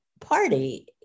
Party